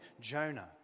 Jonah